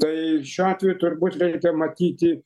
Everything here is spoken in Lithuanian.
tai šiuo atveju turbūt reikia matyti